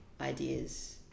ideas